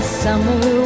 summer